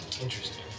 Interesting